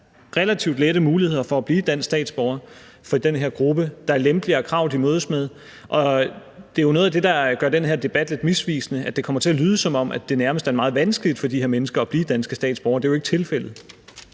relativt lette muligheder for at blive dansk statsborger for den her gruppe. Det er lempeligere krav, de mødes med. Noget af det, der gør den her debat lidt misvisende, er, at det kommer til at lyde, som om det nærmest er meget vanskeligt for de her mennesker at blive danske statsborgere. Det er jo ikke tilfældet.